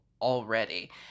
already